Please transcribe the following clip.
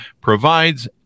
provides